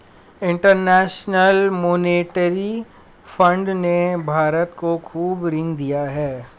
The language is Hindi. इंटरेनशनल मोनेटरी फण्ड ने भारत को खूब ऋण दिया है